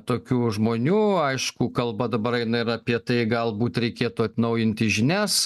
tokių žmonių aišku kalba dabar eina ir apie tai galbūt reikėtų atnaujinti žinias